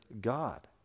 God